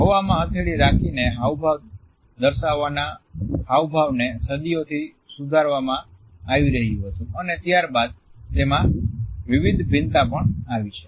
હવામા હથેળી રાખીને હાવભાવ દર્શાવવાના હાવભાવને સદીઓથી સુધારવામાં આવી રહ્યુ હતુ અને ત્યારબાદ તેમાં વિવિધ ભિન્નતા પણ આવી છે